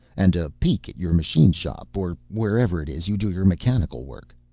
and a peek at your machine shop or wherever it is you do your mechanical work.